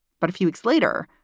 but a few weeks later,